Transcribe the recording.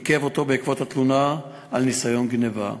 עיכב אותו בעקבות התלונה על ניסיון גנבה.